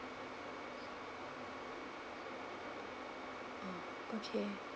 uh okay